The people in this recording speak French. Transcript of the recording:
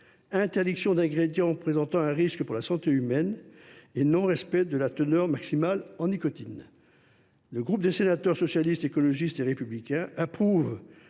interdiction d’ingrédients présentant un risque pour la santé humaine, non respect de la teneur maximale en nicotine. Le groupe Socialiste, Écologiste et Républicain approuve